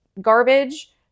garbage